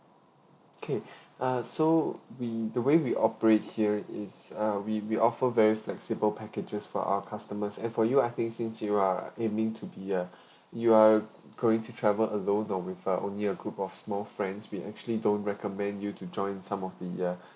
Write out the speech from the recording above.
K ah so we the way we operate here is uh we we offer very flexible packages for our customers and for you I think since you are aiming to be uh you are going to travel alone or with uh only a group of small friends we actually don't recommend you to join some of the uh